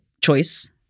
choice